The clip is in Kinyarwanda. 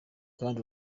kandi